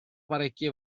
parecchie